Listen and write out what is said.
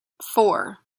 four